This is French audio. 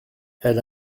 elle